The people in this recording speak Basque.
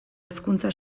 hezkuntza